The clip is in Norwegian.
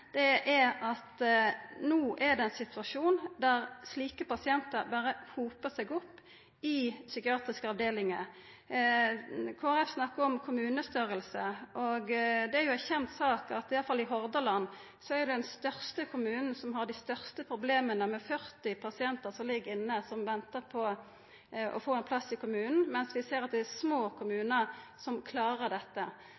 er at det no er ein situasjon der slike pasientar berre hopar seg opp i psykiatriske avdelingar. Kristeleg Folkeparti snakkar om kommunestørrelse, og det er jo ei kjent sak – i alle fall i Hordaland – at det er den største kommunen som har dei største problema, med 40 pasientar som ligg inne og ventar på å få ein plass i kommunen, mens vi ser at det er små